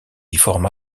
forma